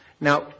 Now